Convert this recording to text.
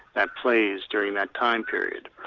that plays during that time period.